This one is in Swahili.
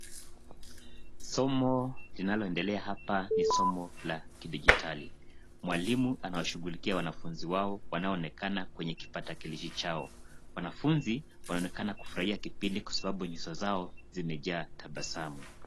Somo linaloendelea hapa ni somo la kidijitali. Mwalimu anawashughulikia wanafunzi wao, wanaoonekana kwenye kipakatalishi chao. Wanafunzi wanaonekana kufurahia kipindi kwa sababu nyuso zao, zimejaa tabasamu.